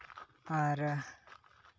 ᱟᱨ